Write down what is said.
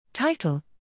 Title